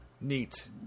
Neat